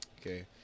okay